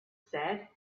said